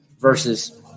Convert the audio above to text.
versus